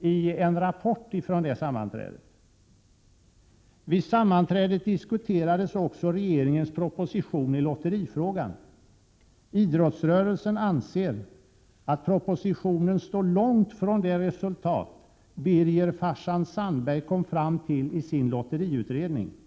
I en rapport från detta sammanträde står så här: ”Vid sammanträdet diskuterades också regeringens proposition i lotterifrågan. Idrottsrörelsen anser att propositionen står långt från det resultat Birger ”Farsan” Sandberg kom fram till i sin lotteriutredning.